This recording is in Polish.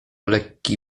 lekki